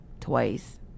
twice